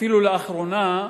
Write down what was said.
אפילו לאחרונה,